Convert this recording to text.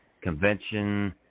convention